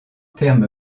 termes